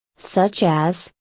such as,